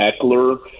Eckler